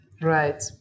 Right